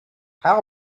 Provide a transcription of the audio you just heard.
how